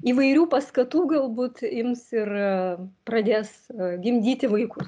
įvairių paskatų galbūt ims ir pradės gimdyti vaiku